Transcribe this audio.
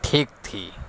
ٹھیک تھی